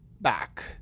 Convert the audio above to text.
back